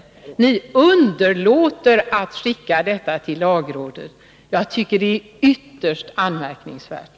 Jag tycker att det är ytterst anmärkningsvärt att ni underlåter att höra lagrådet.